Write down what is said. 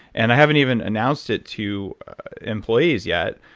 and i haven't even announced it to employees yet,